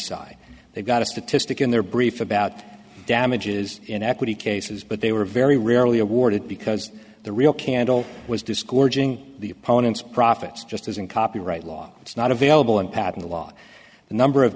side they've got a statistic in their brief about damages in equity cases but they were very rarely awarded because the real candle was discouraging the opponents profits just as in copyright law it's not available in patent law the number of